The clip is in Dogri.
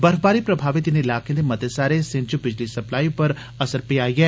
बर्फबारी प्रभावत इनें इलार्के दे मते सारे हिस्सें च बिजली सप्लाई पर असर पेया ऐ